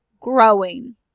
growing